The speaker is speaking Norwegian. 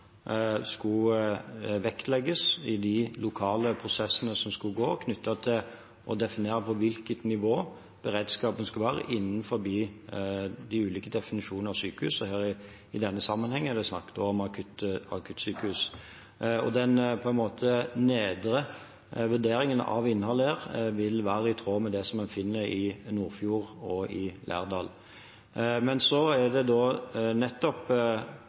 skulle vektlegges i de lokale prosessene knyttet til å definere på hvilket nivå beredskapen skulle være innenfor de ulike definisjonene av sykehus – i denne sammenhengen er det snakk om akuttsykehus. Den på en måte nedre vurderingen av innholdet her vil være i tråd med det som en finner i Nordfjord og i Lærdal. Men så er det nettopp